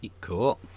cool